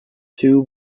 two